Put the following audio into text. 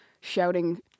shouting